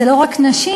זה לא רק נשים,